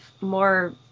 more